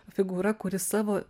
figūra kuri savo